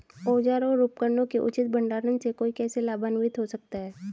औजारों और उपकरणों के उचित भंडारण से कोई कैसे लाभान्वित हो सकता है?